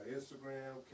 Instagram